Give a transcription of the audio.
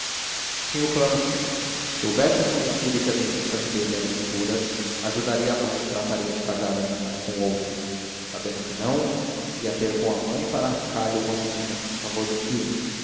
tinha o plano feito se houvesse reconhecido que as intenções dele eram impuras ajudaria a mãe e trataria de casar a menina com outro sabendo que não ia ter com a mãe para arrancar-lhe o consentimento em favor do filho